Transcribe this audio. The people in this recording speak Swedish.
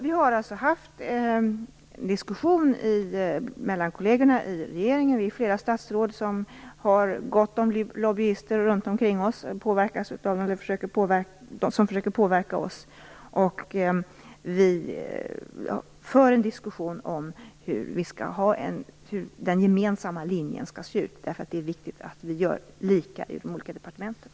Vi är flera statsråd som har gott om lobbyister omkring oss som försöker påverka oss. Vi för en diskussion med kollegerna i regeringen om detta, och om hur den gemensamma linjen skall se ut. Det är nämligen viktigt att vi gör lika i de olika departementen.